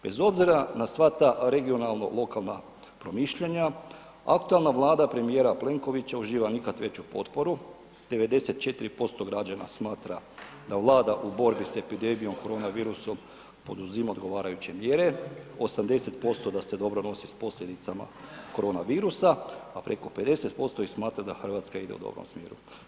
Bez obzira na sva ta regionalno lokalna promišljanja, aktualna Vlada premijera Plenkovića uživa nikad veću potporu, 94% građana smatra da Vlada u borbi s epidemijom korona virusom poduzima odgovarajuće mjere, 80% da se dobro nosi s posljedicama korona virusa, a preko 50% ih smatra da Hrvatska ide u dobrom smjeru.